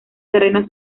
terrenos